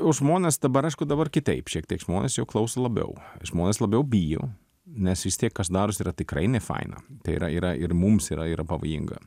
o žmonės dabar aišku dabar kitaip šiek tiek žmonės jau klauso labiau žmonės labiau bijo nes vis tiek kas darosi yra tikrai nefaina tai yra yra ir mums yra yra pavojinga